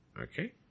Okay